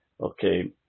Okay